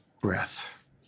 breath